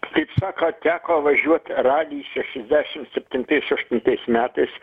kaip saka teko važiuot raly šešiasdešim septintais aštuntais metais